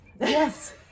Yes